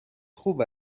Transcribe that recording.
خوب